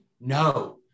no